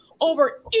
over